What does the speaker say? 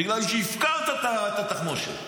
בגלל שהפקרת את התחמושת.